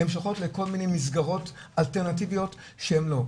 הן שולחות לכל מיני מסגרות אלטרנטיביות שהן לא.